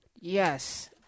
Yes